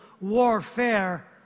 warfare